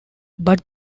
but